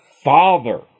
Father